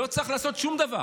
לא צריך לעשות שום דבר,